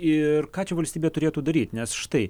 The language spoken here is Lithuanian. ir ką čia valstybė turėtų daryt nes štai